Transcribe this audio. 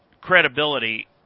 credibility